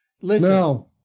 Listen